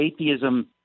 atheism